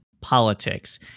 politics